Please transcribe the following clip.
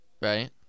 right